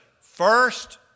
first